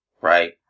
Right